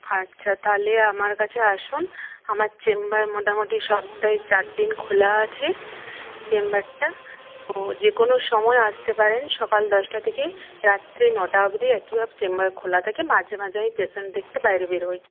আচ্ছা তাহলে আমার কাছে আসুন আমার চেম্বার মোটামুটি সপ্তাহে চার দিন খোলা আছে চেম্বারটা ও যে কোনো সময় আসতে পারেন সকাল দশটা থেকে রাত্রি নটা অবধি একইভাবে চেম্বার খোলা থাকে মাঝে মাঝে আমি পেশেন্ট দেখতে বাইরে বেরোই